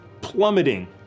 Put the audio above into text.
plummeting